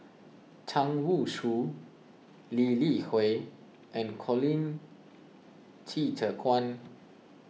Zhang Youshuo Lee Li Hui and Colin Qi Zhe Quan